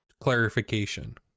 clarification